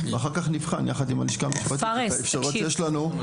ואחר כך נבחן יחד עם הלשכה את האפשרויות שיש לנו.